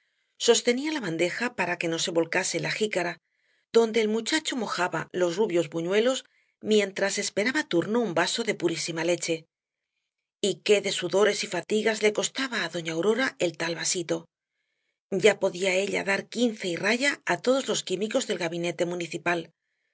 sostenía la bandeja para que no se volcase la jícara donde el muchacho mojaba los rubios buñuelos mientras esperaba turno un vaso de purísima leche y qué de sudores y fatigas le costaba á doña aurora el tal vasito ya podía ella dar quince y raya á todos los químicos del gabinete municipal